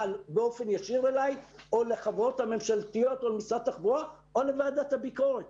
באופן ישיר אלי או לחברות ממשלתיות או למשרד התחבורה או לוועדת הביקורת.